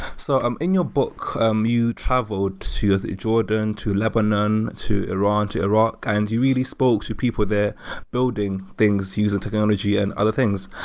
so um in your book um you travelled to jordan, to lebanon, to iran, to iraq and you really spoke to people there building things using technology and other things.